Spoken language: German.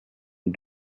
die